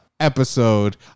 Episode